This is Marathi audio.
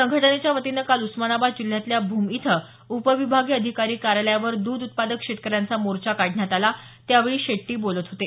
संघटनेच्या वतीनं काल उस्मानाबाद जिल्ह्यातल्या भूम इथं उपविभागीय अधिकारी कार्यालयावर दुध उत्पादक शेतकऱ्यांचा मोर्चा काढला त्यावेळी शेट्टी बोलत होते